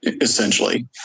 essentially